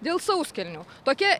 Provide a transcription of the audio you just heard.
dėl sauskelnių tokia